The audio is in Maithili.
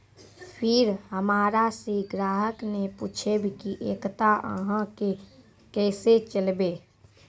फिर हमारा से ग्राहक ने पुछेब की एकता अहाँ के केसे चलबै?